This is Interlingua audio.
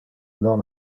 non